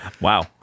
wow